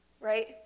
Right